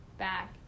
Back